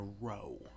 row